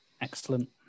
Excellent